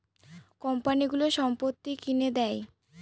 কোম্পানিগুলো সম্পত্তি কিনে নেয়